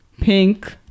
pink